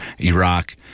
Iraq